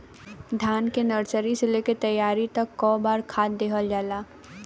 धान के नर्सरी से लेके तैयारी तक कौ बार खाद दहल जाला?